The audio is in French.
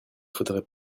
faudrait